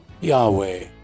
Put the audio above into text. Yahweh